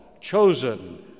chosen